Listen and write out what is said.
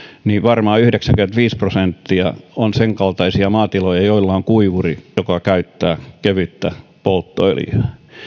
niin varmaan yhdeksänkymmentäviisi prosenttia on senkaltaisia maatiloja joilla on kuivuri joka käyttää kevyttä polttoöljyä